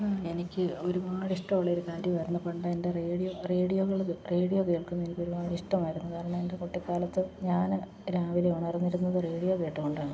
ആ എനിക്ക് ഒരുപാടിഷ്ടം ഉള്ളൊരു കാര്യമായിരുന്നു പണ്ടെൻ്റെ റേഡിയോ റേഡിയോകൾ റേഡിയോ കേൾക്കുന്ന എനിക്കൊരുപാട് ഇഷ്ടമായിരുന്നു കാരണം എൻ്റെ കുട്ടിക്കാലത്ത് ഞാൻ രാവിലെ ഉണർന്നിരുന്നത് റേഡിയോ കേട്ടു കൊണ്ടാണ്